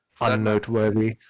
unnoteworthy